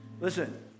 Listen